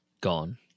Gone